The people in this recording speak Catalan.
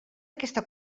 aquesta